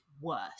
worse